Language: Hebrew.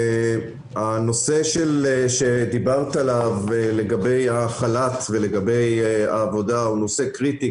הנושא שדיברת עליו לגבי החל"ת ולגבי העבודה הוא נושא קריטי.